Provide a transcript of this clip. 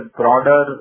broader